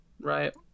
right